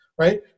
right